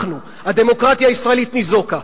אנחנו, הדמוקרטיה הישראלית ניזוקה.